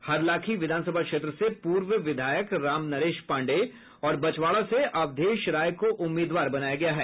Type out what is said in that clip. हरलाखी विधानसभा क्षेत्र से पूर्व विधायक रामनरेश पांडेय और बछवाड़ा से अवधेश राय को उम्मीदवार बनाया गया है